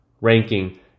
ranking